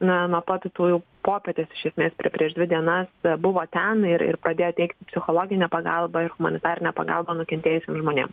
na nuo pat tų tų jau popietės šiaip nes pre prieš dvi dienas buvo ten ir ir pradėjo teikti psichologinę pagalbą ir humanitarinę pagalbą nukentėjusiem žmonėm